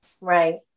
Right